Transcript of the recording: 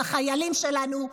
את החיילים שלנו,